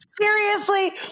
seriously-